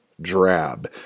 drab